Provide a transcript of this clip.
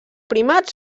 primats